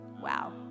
Wow